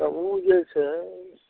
तऽ जे छै